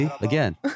Again